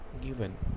given